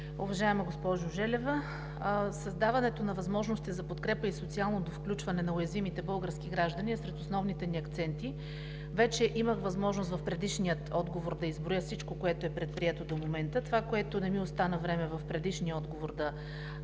Уважаема госпожо Желева, създаването на възможности за подкрепа и социалното включване на уязвимите български граждани е сред основните ни акценти. Вече имах възможност в предишния отговор да изброя всичко, което е предприето до момента. Това, за което не ми остана време в предишния отговор още